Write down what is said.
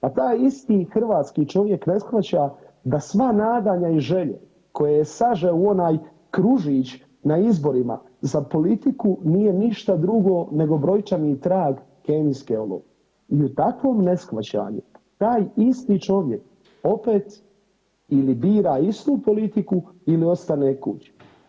Pa taj isti hrvatski čovjek ne shvaća da sva nadanja i želje koje je sažeo u onaj kružić na izborima za politiku nije ništa drugo nego brojčani trag kemijske olovke i u takvom neshvaćanju taj isti čovjek opet ili bira istu politiku ili ostane kući.